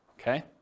okay